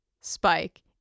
Spike